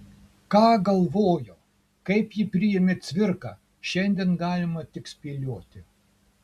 ką galvojo kaip jį priėmė cvirka šiandien galima tik spėlioti